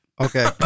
Okay